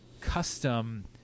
custom